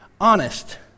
honest